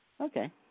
Okay